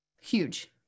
Huge